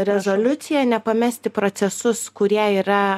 rezoliucija nepamesti procesus kurie yra